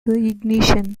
ignition